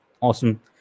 awesome